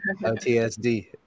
OTSD